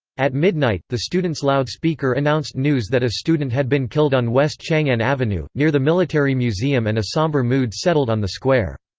at midnight, the students' loudspeaker announced news that a student had been killed on west chang'an avenue, near the military museum and a somber mood settled on the square.